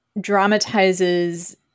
dramatizes